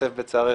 משתתף בצערך,